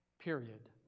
Period